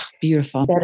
Beautiful